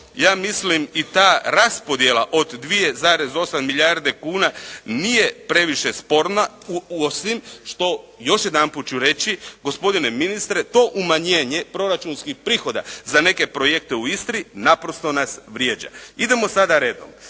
ja mislim i ta raspodjela od 2,8 milijarde kuna nije previše sporna osim što, još jedanput ću reći, gospodine ministre to umanjenje proračunskih prihoda za neke projekte u Istri naprosto nas vrijeđa. Idemo sada redom.